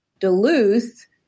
Duluth